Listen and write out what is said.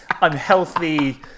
unhealthy